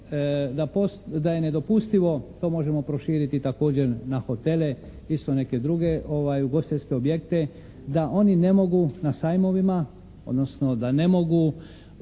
da je nedopustivo, to možemo prošiti također na hotele, isto neke druge ugostiteljske objekte da oni ne mogu na sajmovima, odnosno da ne mogu